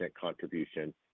contribution